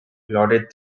plodded